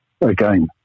again